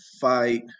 fight